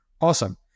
awesome